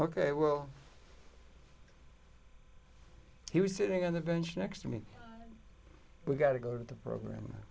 ok well he was sitting on the bench next to me we got to go to the program